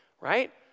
right